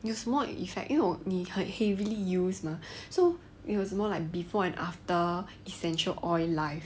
有什么 effect 因为我你很 heavily use mah so 有什么 like before and after essential oil life